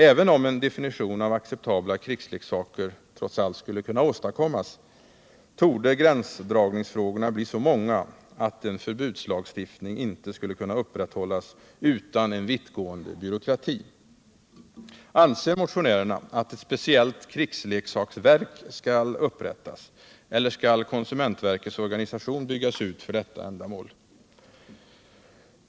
Även om en definition av acceptabla krigsleksaker trots allt skulle kunna åstadkommas, torde gränsdragningsfrågorna bli så många att en förbudslagstiftning inte skulle kunna upprätthållas utan en vittgående byråkrati. Anser motionärerna att ett speciellt krigsleksaksverk skall upprättas, eller skall konsumentverkets organisation byggas ut för detta ändamål?